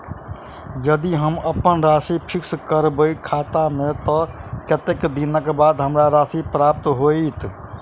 यदि हम अप्पन राशि फिक्स करबै खाता मे तऽ कत्तेक दिनक बाद हमरा राशि प्राप्त होइत?